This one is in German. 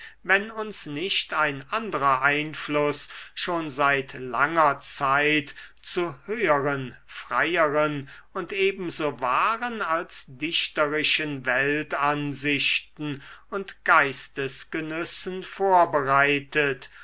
wenn uns nicht ein anderer einfluß schon seit langer zeit zu höheren freieren und ebenso wahren als dichterischen weltansichten und geistesgenüssen vorbereitet